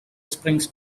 springs